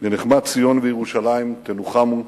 בנחמת ציון וירושלים תנוחמו,